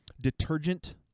detergent